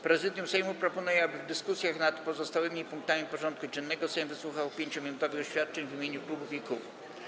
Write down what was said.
Prezydium Sejmu proponuje, aby w dyskusjach nad pozostałymi punktami porządku dziennego Sejm wysłuchał 5-minutowych oświadczeń w imieniu klubów i kół.